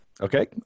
Okay